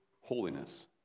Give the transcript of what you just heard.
holiness